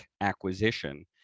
acquisition